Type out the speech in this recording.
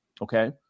okay